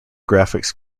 graphics